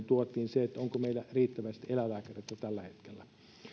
tuotiin se onko meillä riittävästi eläinlääkäreitä tällä hetkellä